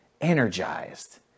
energized